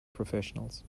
professionals